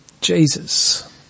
Jesus